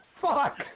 fuck